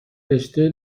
رشته